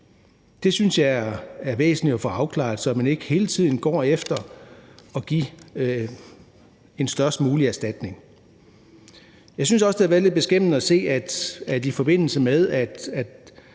Det synes jeg er væsentligt at få afklaret, så man ikke hele tiden går efter at give den størst mulige erstatning. Jeg synes også, det har været lidt beskæmmende at se, at der, i forbindelse med